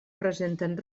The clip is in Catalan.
presenten